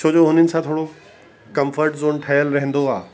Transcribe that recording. छो जो हुननि सां थोरो कंफर्ट ज़ोन ठहियल रहंदो आहे